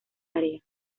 tareas